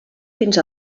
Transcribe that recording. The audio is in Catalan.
fins